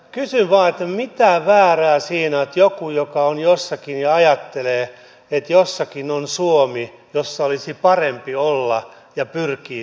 kysyn vain mitä väärää siinä on että joku jossakin ajattelee että jossakin on suomi jossa olisi parempi olla ja pyrkii sinne